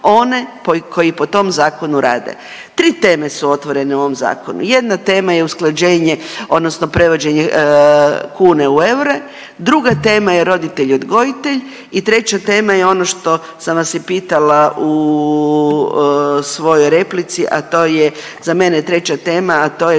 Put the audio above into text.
one koji po tom zakonu rade. Tri teme su otvorene u ovom zakonu, jedna tema je usklađenje odnosno prevođenje kune u eure, druga tema je roditelj odgojitelj i treća tema je ono što sam vas i pitala u svojoj replici a to je za mene treća tema, a to je